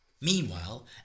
Meanwhile